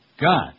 God